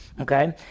Okay